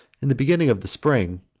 in the beginning of the spring,